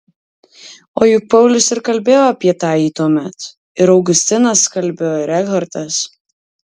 o juk paulius ir kalbėjo apie tąjį tuomet ir augustinas kalbėjo ir ekhartas